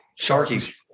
Sharkies